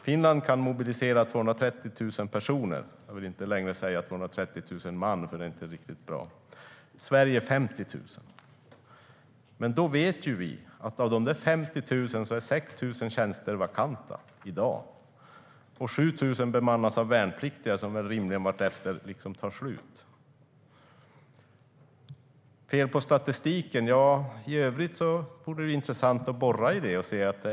Finland kan mobilisera 230 000 personer - jag säger inte längre 230 000 man, för det är inte riktigt bra - Sverige 50 000. Men vi vet att av de 50 000 är 6 000 tjänster vakanta, och 7 000 bemannas av värnpliktiga - och de tar rimligen slut vartefter. I övrigt vore det intressant att borra i det här med fel i statistiken.